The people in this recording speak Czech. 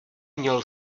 měl